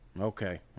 Okay